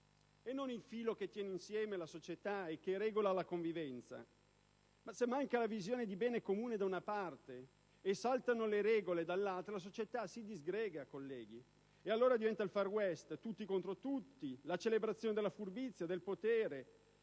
e non il filo che tiene insieme la società e che regola la convivenza. Ma se manca la visione di bene comune da una parte, e saltano le regole dall'altra, la società si disgrega, colleghi! Allora, diventa il *Far west*: tutti contro tutti, la celebrazione della furbizia e del potere,